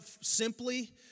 simply